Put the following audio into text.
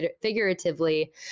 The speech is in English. figuratively